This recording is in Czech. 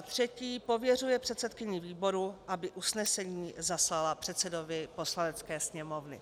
3. pověřuje předsedkyni výboru, aby usnesení zaslala předsedovi Poslanecké sněmovny.